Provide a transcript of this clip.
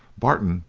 barton,